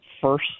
first